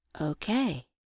Okay